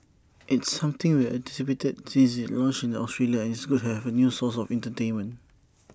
it's something we anticipated since IT launched in Australia and it's good to have A new source of entertainment